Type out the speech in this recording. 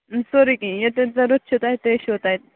سورٕے کیٚنٛہہ یہِ تۄہہِ ضوٚرَتھ چھُ تَتہِ تہِ چھُ تَتہِ